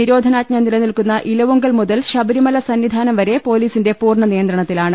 നിരോധനാജ്ഞ നിലനിൽക്കുന്ന ഇലവുങ്കൽ മുതൽ ശബരിമല സന്നിധാനം വരെ പൊലീസിന്റെ പൂർണ്ണ നിയന്ത്രണത്തിലാണ്